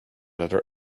letter